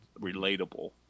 relatable